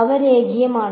അവ രേഖീയമാണ്